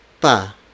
pa